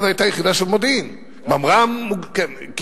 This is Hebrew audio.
אז